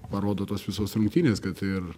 parodo tos visos rungtynės kad ir